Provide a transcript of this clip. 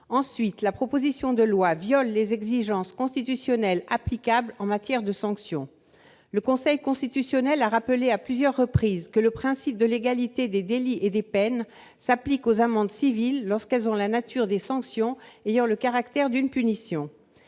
En outre, la proposition de loi viole les exigences constitutionnelles applicables en matière de sanctions : le Conseil constitutionnel a rappelé à plusieurs reprises que le principe de légalité des délits et des peines s'applique aux amendes civiles lorsqu'elles ont la nature de sanctions ayant le caractère d'une punition.